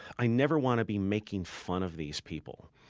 i never want to be making fun of these people.